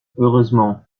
heureusement